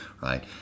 Right